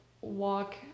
walk